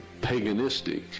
paganistic